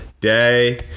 day